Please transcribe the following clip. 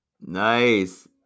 Nice